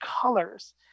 colors